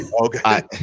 Okay